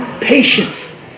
patience